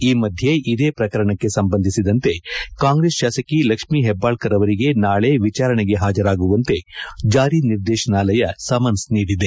ಈ ಮಧ್ಯೆ ಇದೇ ಪ್ರಕರಣಕ್ಕೆ ಸಂಬಂಧಿಸಿದಂತೆ ಕಾಂಗ್ರೆಸ್ ಶಾಸಕಿ ಲಕ್ಷ್ಮೀ ಹೆಬ್ಬಾಳ್ ಕರ್ ಅವರಿಗೆ ನಾಳೆ ವಿಚಾರಣೆಗೆ ಹಾಜರಾಗುವಂತೆ ಜಾರಿ ನಿರ್ದೇಶನಾಲಯ ಸಮನ್ಸ್ ನೀಡಿದೆ